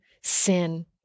sin